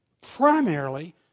primarily